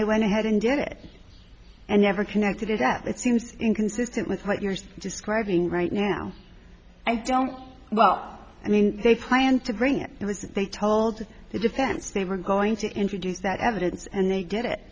they went ahead and did it and never connected is that it seems inconsistent with what you're describing right now i don't well i mean they planned to bring it it was they told the defense they were going to introduce that evidence and they did it